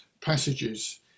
passages